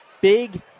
big